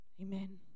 Amen